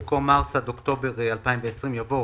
במקום מרס עד אוקטובר 2020 יבוא: